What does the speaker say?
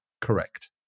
correct